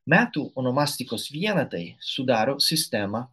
metų onomastikos vienetai sudaro sistemą